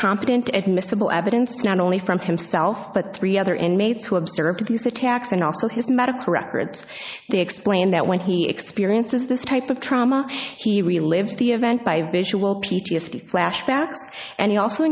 competent at miscible evidence not only from himself but three other inmates who observed these attacks and also his medical records they explained that when he experiences this type of trauma he relives the event by visual p t s d flashbacks and he also